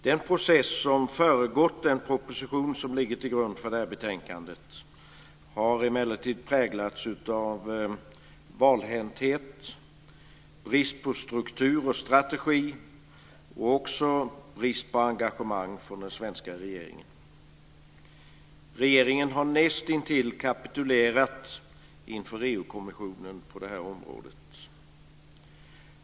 Den process som föregått den proposition som ligger till grund för det här betänkandet har emellertid präglats av valhänthet, brist på struktur och strategi och även brist på engagemang från den svenska regeringen. Regeringen har näst intill kapitulerat inför EU-kommissionen på det här området.